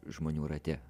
žmonių rate